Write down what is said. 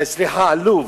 סליחה, על לוב,